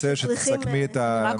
אני רוצה שתסכמי את המצגת.